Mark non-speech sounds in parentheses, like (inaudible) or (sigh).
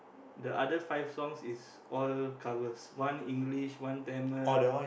the other five songs is all covers one English one Tamil (noise)